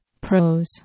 pros